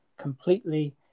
completely